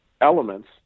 elements